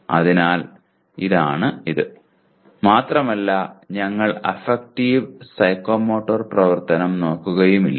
അതിനാൽ ഇത് ഇതാണ് മാത്രമല്ല ഞങ്ങൾ അഫക്റ്റീവ് സൈക്കോമോട്ടോർ പ്രവർത്തനം നോക്കുകയുമില്ല